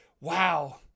wow